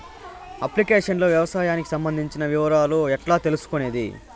Application లో వ్యవసాయానికి సంబంధించిన వివరాలు ఎట్లా తెలుసుకొనేది?